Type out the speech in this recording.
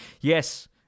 Yes